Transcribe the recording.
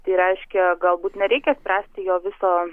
tai reiškia galbūt nereikia spręsti jo viso